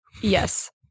Yes